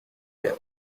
rien